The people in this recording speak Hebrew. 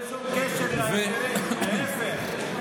אין שום קשר להסדר, להפך.